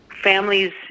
Families